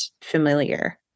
familiar